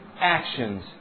Actions